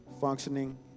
functioning